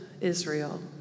Israel